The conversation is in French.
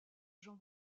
jean